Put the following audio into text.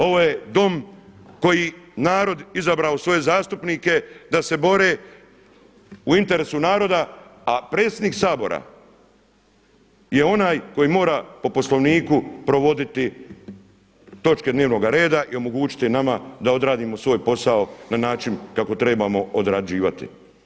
Ovo je Dom koji narod izabrao svoje zastupnike da se bore u interesu naroda, a predsjednik Sabora je onaj koji mora po Poslovniku provoditi točke dnevnoga reda i omogućiti nama da odradimo svoj posao na način kako trebamo odrađivati.